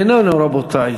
איננו, רבותי.